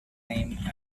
name